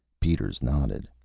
peters nodded.